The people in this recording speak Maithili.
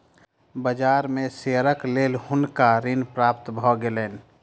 बाजार में शेयरक लेल हुनका ऋण प्राप्त भ गेलैन